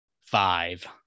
five